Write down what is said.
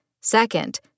Second